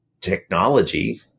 technology